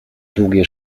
długie